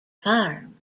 farm